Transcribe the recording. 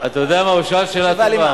אתה יודע מה, הוא שאל שאלה טובה.